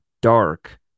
dark